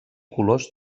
colors